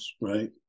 right